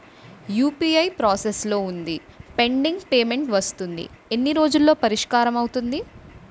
UPI process లో వుంది pending payment వస్తుంది ఎన్ని రోజుల్లో పరిష్కారం అవుతుంది